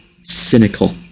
cynical